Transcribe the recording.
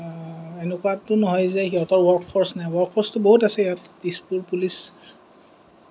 এনেকুৱাটো নহয় যে সিহঁতৰ ৱৰ্ক ফৰ্চ নাই ৱৰ্ক ফৰ্চতো বহুত আছে ইয়াত দিছপুৰ পুলিচ